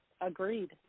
Agreed